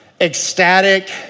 ecstatic